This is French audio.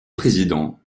président